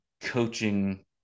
coaching